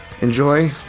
enjoy